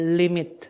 limit